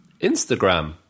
Instagram